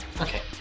Okay